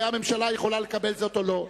והממשלה יכולה לקבל זאת או לא,